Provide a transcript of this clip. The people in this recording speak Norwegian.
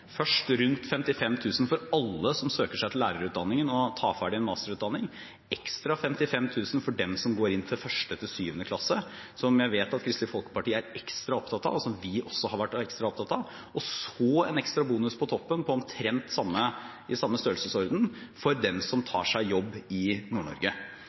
først rundt 55 000 kr for alle som søker seg til lærerutdanningen og tar ferdig en masterutdanning, ekstra 55 000 kr for dem som går inn i 1.–7. klasse, som jeg vet at Kristelig Folkeparti er ekstra opptatt av, og som vi også har vært ekstra opptatt av, og så en ekstra bonus på toppen, i omtrent samme størrelsesorden, for dem som